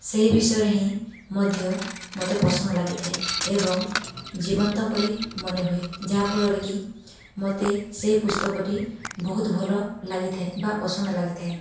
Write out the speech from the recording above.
ସେହି ବିଷୟରେ ହିଁ ମଧ୍ୟ ମୋତେ ପସନ୍ଦ ଲାଗିଥାଏ ଏବଂ ଜୀବନ୍ତ ପରି ମନେ ହୁଏ ଯାହାଫଳରେକି ମୋତେ ସେ ପୁସ୍ତକଟି ବହୁତ ଭଲ ଲାଗିଥାଏ ବା ପସନ୍ଦ ଲାଗିଥାଏ